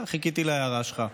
חיכיתי להערה שלך.